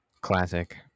classic